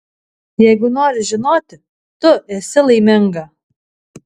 jeigu nori žinoti tu esi laiminga